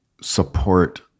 support